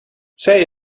zij